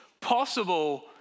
possible